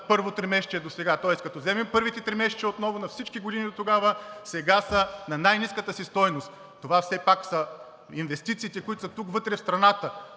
първо тримесечие, досега. Тоест, като вземем първите тримесечия отново на всички години оттогава, сега са най-ниската си стойност. Това все пак са инвестициите, които са тук – вътре, в страната.